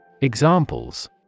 Examples